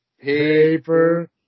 paper